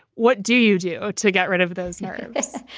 what do you do to get rid of those nerves?